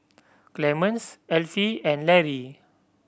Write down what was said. Clemence Elfie and Larry